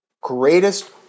greatest